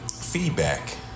feedback